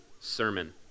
sermon